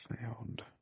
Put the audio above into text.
Found